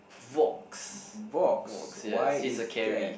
Vox Vox yes he's a carry